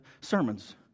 sermons